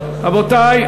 רבותי,